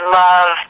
love